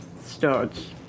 starts